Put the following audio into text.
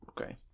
Okay